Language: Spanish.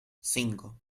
cinco